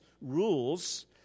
rules